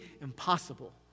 impossible